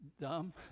Dumb